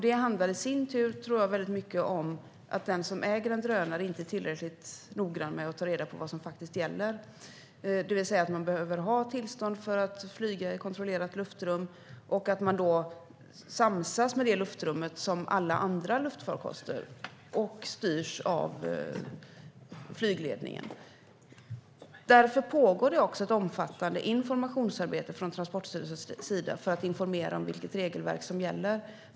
Det handlar i sin tur, tror jag, väldigt mycket om att den som äger en drönare inte är tillräckligt noga med att ta reda på vad som gäller, det vill säga att man behöver ha tillstånd för att flyga i kontrollerat luftrum och att man samsas om samma luftrum som alla andra luftfarkoster och styrs av flygledningen. Därför pågår det också ett omfattande informationsarbete från Transportstyrelsens sida för att informera om vilket regelverk som gäller.